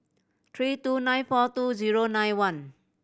three two nine four two zero nine one